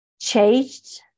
changed